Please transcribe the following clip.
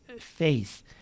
faith